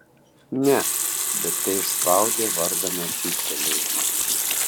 ne bet teišspaudė varganą cyptelėjimą